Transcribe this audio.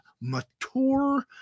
mature